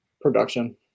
production